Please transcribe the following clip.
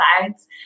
sides